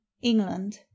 England